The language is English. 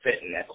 Fitness